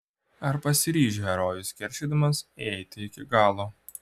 ar pasiryš herojus keršydamas eiti iki galo